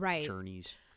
journeys